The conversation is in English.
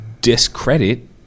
discredit